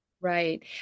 Right